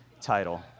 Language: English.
title